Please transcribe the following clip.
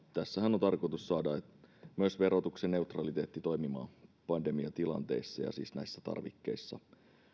tässähän on tarkoitus saada myös verotuksen neutraliteetti toimimaan pandemiatilanteissa siis näissä tarvikkeissa